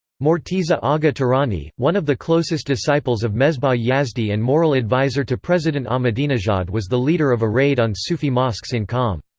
morteza agha-tehrani, one of the closest disciples of mesbah-yazdi and moral advisor to president ahmadinejad was the leader of a raid on sufi mosques in qom.